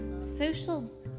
social